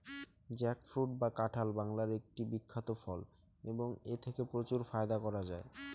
jackfruit বা কাঁঠাল বাংলার একটি বিখ্যাত ফল এবং এথেকে প্রচুর ফায়দা করা য়ায়